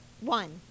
One